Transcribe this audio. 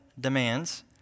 demands